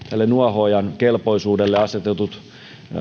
nuohoojan kelpoisuudelle asetetut